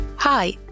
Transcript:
Hi